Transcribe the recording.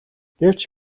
гэвч